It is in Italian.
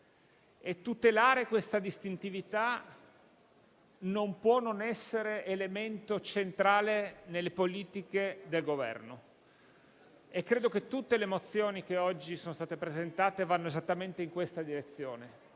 tutelare questa distintività non può non essere un elemento centrale nelle politiche del Governo e credo che tutte le mozioni che oggi sono state presentate vadano esattamente in questa direzione,